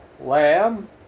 lamb